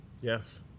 yes